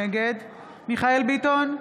נגד מיכאל מרדכי ביטון,